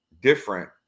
different